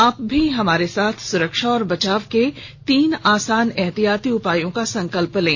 आप भी हमारे साथ सुरक्षा और बचाव के तीन आसान एहतियाती उपायों का संकल्प लें